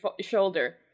shoulder